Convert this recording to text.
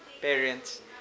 parents